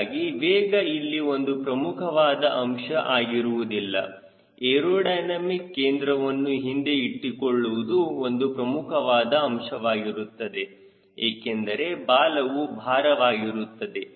ಹೀಗಾಗಿ ವೇಗ ಇಲ್ಲಿ ಒಂದು ಪ್ರಮುಖವಾದ ಅಂಶ ಆಗಿರುವುದಿಲ್ಲ ಏರೋಡೈನಮಿಕ್ ಕೇಂದ್ರವನ್ನು ಹಿಂದೆ ಇಟ್ಟುಕೊಳ್ಳುವುದು ಒಂದು ಪ್ರಮುಖವಾದ ಅಂಶವಾಗಿರುತ್ತದೆ ಏಕೆಂದರೆ ಬಾಲವು ಭಾರವಾಗಿರುತ್ತದೆ